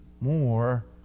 more